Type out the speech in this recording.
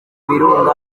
birunga